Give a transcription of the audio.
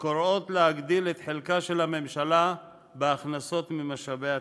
שקוראות להגדיל את חלקה של הממשלה בהכנסות ממשאבי הטבע.